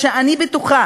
שישב אתי,